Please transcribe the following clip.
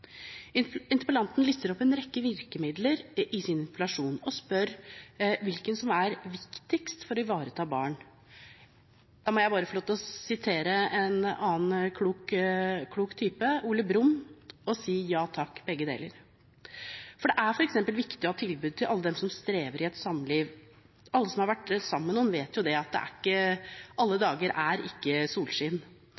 Interpellanten lister opp en rekke virkemidler i sin interpellasjon og spør hvilke som er viktigst for å ivareta barn. Jeg må i den forbindelse få sitere en annen klok type, Ole Brumm: Ja takk, begge deler! Det er for eksempel viktig å ha tilbud til alle dem som strever i et samliv – alle som har vært sammen med noen, vet jo at alle dager er ikke solskinn